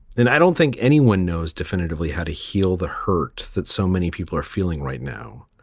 and i don't think anyone knows definitively how to heal the hurt that so many people are feeling right now.